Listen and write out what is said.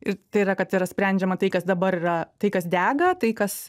ir tai yra kad yra sprendžiama tai kas dabar yra tai kas dega tai kas